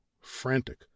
frantic